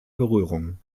berührung